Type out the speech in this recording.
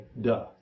Duh